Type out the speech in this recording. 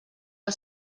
que